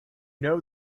know